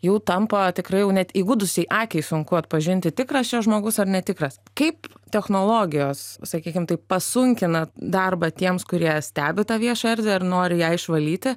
jau tampa tikrai jau net įgudusiai akiai sunku atpažinti tikras čia žmogus ar netikras kaip technologijos sakykim taip pasunkina darbą tiems kurie stebi tą viešą erdvę ir nori ją išvalyti